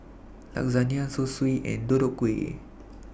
Lasagne Zosui and Deodeok Gui